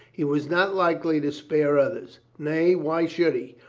he was not likely to spare others. nay, why should he?